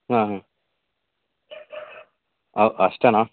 ಹಾಂ ಹ್ಞೂ ಓಹ್ ಅಷ್ಟೆನಾ